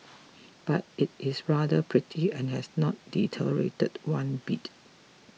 but it is rather pretty and has not deteriorated one bit